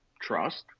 Trust